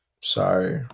sorry